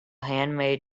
handmade